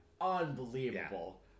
Unbelievable